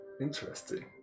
Interesting